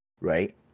right